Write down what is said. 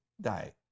die